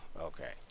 Okay